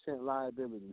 liability